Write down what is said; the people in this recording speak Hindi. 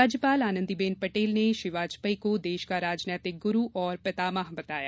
राज्यपाल आनंदीबेन पटेल ने श्री वाजनेयी को देश का राजनैतिक गुरू और पितामह बताया